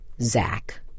Zach